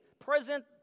present